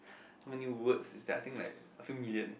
how many words is that I think like two million